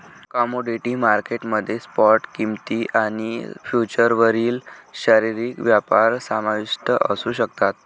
commodity market मध्ये spot किंमती आणि फ्युचर्सवरील शारीरिक व्यापार समाविष्ट असू शकतात